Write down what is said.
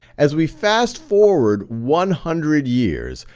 as we fast forward one hundred years,